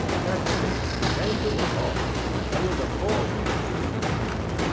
presently she came to a halt, and hailed a four-wheeler which was passing.